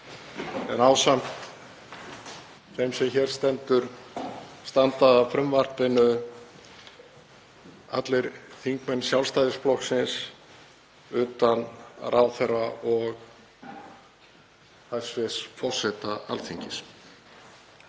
24. Ásamt þeim sem hér stendur standa að frumvarpinu allir þingmenn Sjálfstæðisflokksins utan ráðherra og hæstv. forseta Alþingis.